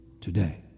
today